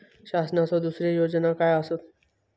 शासनाचो दुसरे योजना काय आसतत?